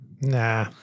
Nah